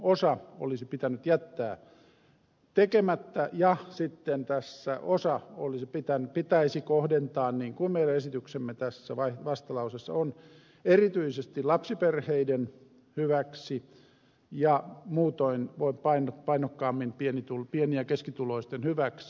osa olisi pitänyt jättää tekemättä ja sitten tässä osa pitäisi kohdentaa niin kuin meidän esityksemme tässä vastalauseessa on erityisesti lapsiperheiden hyväksi ja muutoinkin painokkaammin pieni ja keskituloisten hyväksi